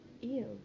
Ew